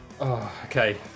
Okay